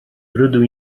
rydw